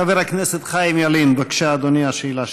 חבר הכנסת חיים ילין, בבקשה, אדוני, השאלה שלך.